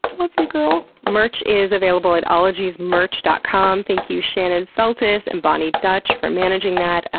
love you girl! merch is available at ologiesmerch dot com. thank you, shannon feltus and boni dutch for managing that.